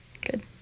good